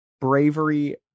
bravery